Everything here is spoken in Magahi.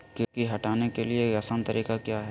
किट की हटाने के ली आसान तरीका क्या है?